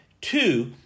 Two